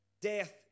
death